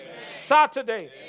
Saturday